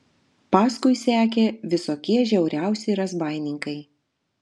paskui sekė visokie žiauriausi razbaininkai